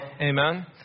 Amen